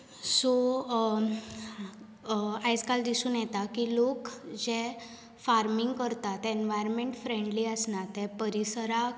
so आयज काल दिसून येता की लोक जे फार्मींग करतात तें एनवायरोमेंटल फ्रेंडली आसना तें परिसराक